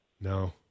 No